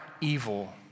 evil